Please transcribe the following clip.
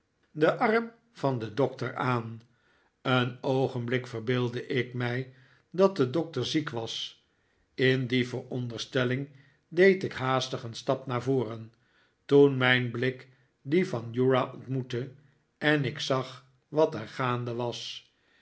den arm van den doctor aan een oogenblik verbeeldde ik mij dat de doctor ziek was in die veronderstelling deed ik haastig een stap naar voren toen mijn blik dien van uriah ontmoette en ik zag wat er gaande was